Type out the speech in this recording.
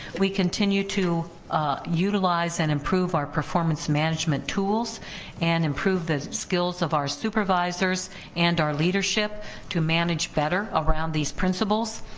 we continue to utilize and improve our performance management tools and improve the skills of our supervisors and our leadership to manage better around these principles,